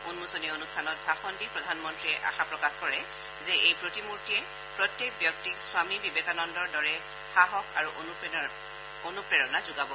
উন্মোচনী অনুষ্ঠানত ভাষণ দি প্ৰধানমন্ত্ৰীয়ে আশা প্ৰকাশ কৰে যে এই প্ৰতিমূৰ্তিয়ে প্ৰত্যেক ব্যক্তিক স্বামী বিবেকানন্দৰ দৰে সাহস আৰু অনুপ্ৰেৰণা যোগাব